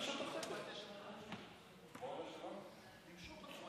לפני שני חוקים ביטלנו את החל"ת לכל האנשים עד גיל 45; "במקום דמי